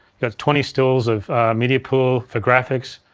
you have twenty stills of media pool for graphics.